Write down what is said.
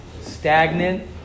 stagnant